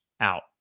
out